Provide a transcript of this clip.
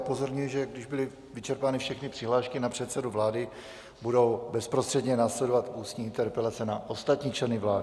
Upozorňuji, že když byly vyčerpány všechny přihlášky na předsedu vlády, budou bezprostředně následovat ústní interpelace na ostatní členy vlády.